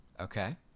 Okay